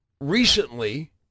recently